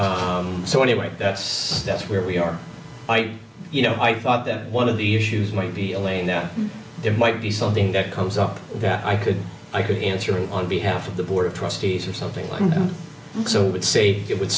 and so anyway that's that's where we are i you know i thought that one of the issues might be elaine that there might be something that comes up that i could i could in theory on behalf of the board of trustees or something like and so it would say it would